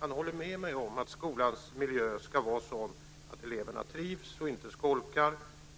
han håller med mig om att skolans miljö ska vara sådan att eleverna trivs och inte skolkar.